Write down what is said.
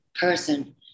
person